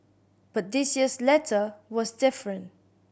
but this year's letter was different